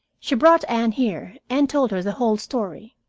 she brought anne here, and told her the whole story.